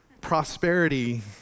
Prosperity